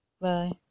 Bye